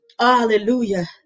Hallelujah